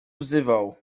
wzywał